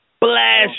Blast